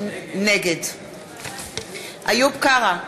נגד איוב קרא,